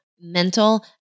mental